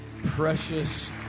Precious